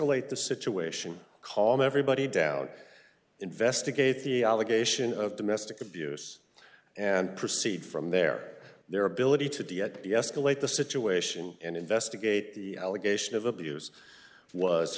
deescalate the situation calm everybody down investigate the allegation of domestic abuse and proceed from there their ability to deescalate the situation and investigate the allegation of abuse was